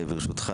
ברשותך,